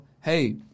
hey